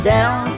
Down